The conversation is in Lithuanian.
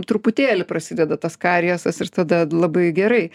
truputėlį prasideda tas kariesas ir tada labai gerai